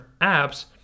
apps